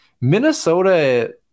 Minnesota